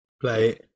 Play